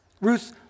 Ruth